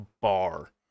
bar